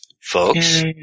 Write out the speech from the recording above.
folks